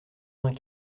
vingt